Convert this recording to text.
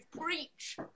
Preach